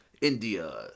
India